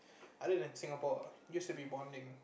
other than Singapore used to be bonding